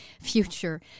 future